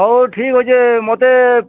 ହଉ ଠିକ୍ ଅଛେ ମତେ